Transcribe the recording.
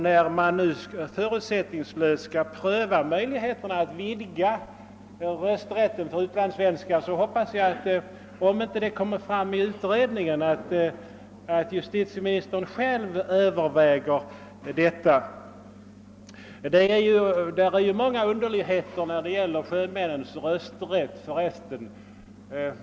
När man nu förutsättningslöst skall pröva möjligheterna att vidga rösträtten för utlandssvenskar hoppas jag att justitieministern, om detta inte kommer fram i utredningen, själv överväger tanken. — Det är för resten rätt många underligheter när det gäller sjömännens rösträtt.